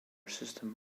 system